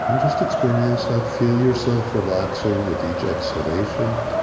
and just experience that, feel yourself relaxing with each exhalation,